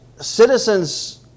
citizens